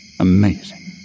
Amazing